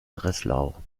breslau